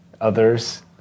others